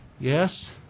Yes